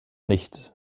nicht